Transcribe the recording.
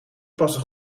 passen